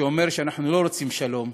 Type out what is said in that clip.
שאומר שאנחנו לא רוצים שלום,